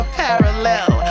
parallel